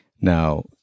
Now